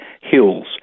Hills